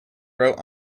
wrote